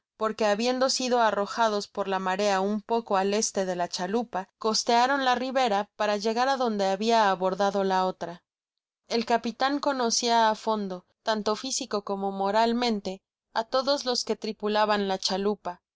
porque habiendo sido arrojados por la marea un poco al este de la chalupa costearon la ribera para llegar adonde habia abordado la otra el capitan conocia á fondo tanto físico como moralmente á todos los que tripulaban la chalupa